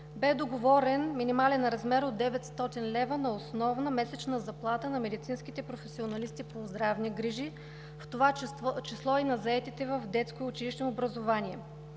бе договорен минимален размер от 900 лв. на основна месечна заплата на медицинските професионалисти по здравни грижи, в това число и на заетите в детското и училищното образование.